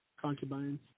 Concubines